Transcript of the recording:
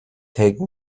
take